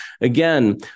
again